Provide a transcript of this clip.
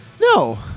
No